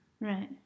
Right